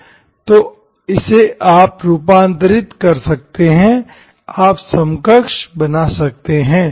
तो इसे आप रूपांतरित कर सकते हैं आप समकक्ष बना सकते हैं